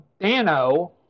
Dano